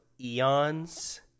eons